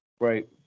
Right